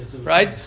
right